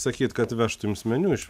sakyt kad vežtų jums meniu iš